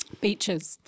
Beaches